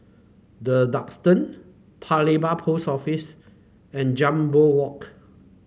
The Duxton Paya Lebar Post Office and Jambol Walk